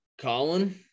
Colin